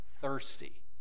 thirsty